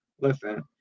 listen